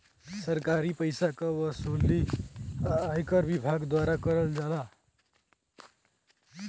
सरकारी पइसा क वसूली आयकर विभाग द्वारा करल जाला